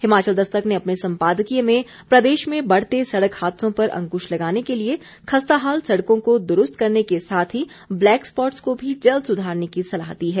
हिमाचल दस्तक ने अपने सम्पादकीय में प्रदेश में बढ़ते सड़क हादसों पर अंकुश लगाने के लिये खस्ताहाल सड़कों को द्रुस्त करने के साथ ही ब्लेक स्पॉट्स को भी जल्द सुधारने की सलाह दी है